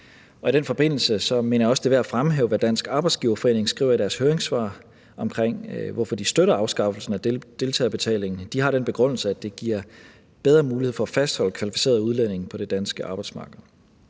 I den forbindelse mener jeg også det er værd at fremhæve, hvad Dansk Arbejdsgiverforening skriver i deres høringssvar om, hvorfor de støtter afskaffelsen af deltagerbetalingen. De har den begrundelse, at det giver bedre mulighed for at fastholde kvalificerede udlændinge på det danske arbejdsmarked.